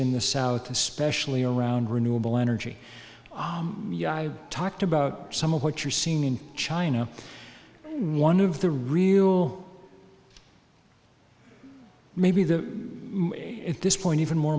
in the south especially around renewable energy i talked about some of what you're seeing in china one of the real maybe the at this point even more